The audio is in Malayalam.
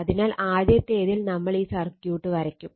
അതിനാൽ ആദ്യത്തേതിൽ നമ്മൾ ഈ സർക്യൂട്ട് വരക്കും